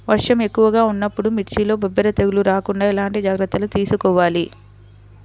వర్షం ఎక్కువగా ఉన్నప్పుడు మిర్చిలో బొబ్బర తెగులు రాకుండా ఎలాంటి జాగ్రత్తలు తీసుకోవాలి?